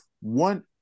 one